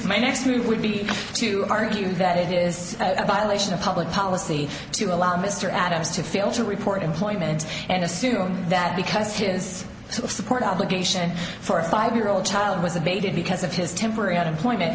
my next move would be to argue that it is a violation of public policy to allow mr adams to fail to report employment and assume that because his support obligation for a five year old child was abated because of his temporary out employment